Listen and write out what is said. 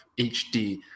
hd